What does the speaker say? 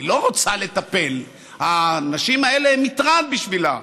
היא לא רוצה לטפל, האנשים האלה הם מטרד בשבילה,